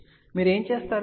కాబట్టి మీరు ఏమి చేస్తారు